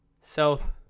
south